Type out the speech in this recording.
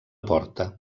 porta